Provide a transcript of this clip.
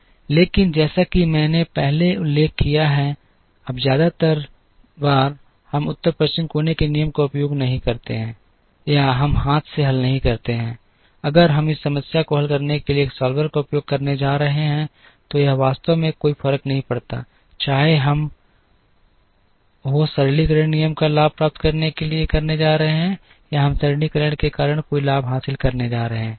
लेकिन जैसा कि मैंने पहले उल्लेख किया है अब ज्यादातर बार हम उत्तर पश्चिम कोने के नियम का उपयोग नहीं करते हैं या हम हाथ से हल नहीं करते हैं अगर हम इस समस्या को हल करने के लिए एक सॉल्वर का उपयोग करने जा रहे हैं तो यह वास्तव में कोई फर्क नहीं पड़ता चाहे हम हों सरलीकरण नियम का लाभ प्राप्त करने के लिए जा रहे हैं या हम सरलीकरण के कारण कोई लाभ हासिल नहीं करने जा रहे हैं